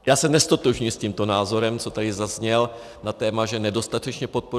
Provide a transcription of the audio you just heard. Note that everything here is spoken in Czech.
Já se neztotožňuji s tímto názorem, co tady zazněl na téma, že nedostatečně podporuje.